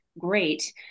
great